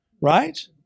Right